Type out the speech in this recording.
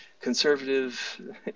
conservative